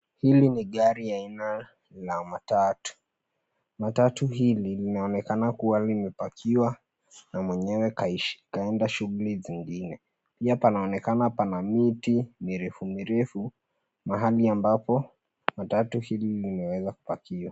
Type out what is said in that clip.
Hili ni gari aina la matatu. Matatu hili linaonekana kuwa limepakiwa na mwenyewe kaenda shughuli zingine, pia panonekana pana miti mirefu mirefu mahali ambapo matatu hili limeweza kupakiwa.